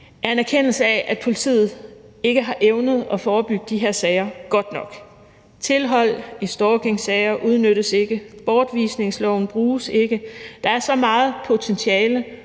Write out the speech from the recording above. er en erkendelse af, at politiet ikke har evnet at forebygge de her sager godt nok. Tilhold i stalkingsager udnyttes ikke, bortvisningsloven bruges ikke, der er så meget potentiale